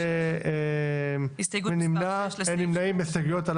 הצבעה בעד אין נגד 1 נמנעים 1 הסתייגויות מס' 2,